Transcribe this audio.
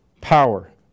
power